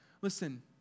listen